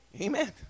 Amen